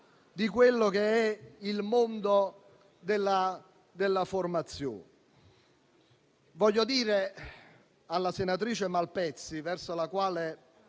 di quello che è il mondo della formazione. Vorrei rivolgermi alla senatrice Malpezzi, verso la quale